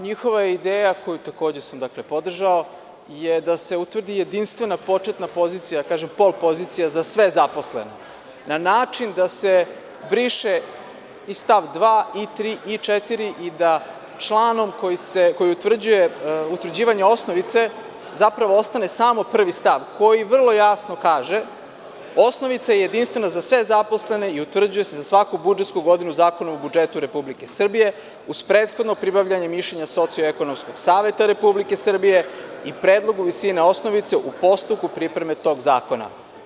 Njihova je ideja, koju sam takođe podržao, je da se utvrdi jedinstvena početna pozicija, kažem, potpozicija za sve zaposlene, na način da se briše i stav 2. i 3. i 4. i da članom koji utvrđuje utvrđivanje osnovice zapravo ostane samo 1. stav, koji vrlo jasno kaže – osnovica je jedinstvena za sve zaposlene i utvrđuje se za svaku budžetsku godinu Zakonom o budžetu Republike Srbije, uz prethodno pribavljanje mišljenja Socioekonomskog saveta Republike Srbije i predlogu visine osnovice u postupku pripreme tog zakona.